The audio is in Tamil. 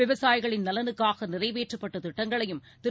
விவசாயிகளின் நலனுக்காக நிறைவேற்றப்பட்ட திட்டங்களையும் திரு